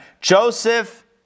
Joseph